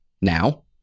now